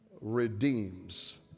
redeems